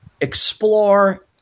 explore